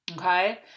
Okay